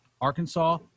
Arkansas